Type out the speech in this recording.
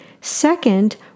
Second